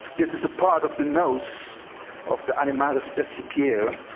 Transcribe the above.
this is a part of the nose of the animaris percipiere.